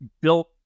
built